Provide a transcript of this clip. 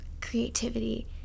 creativity